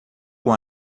com